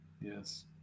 Yes